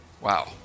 Wow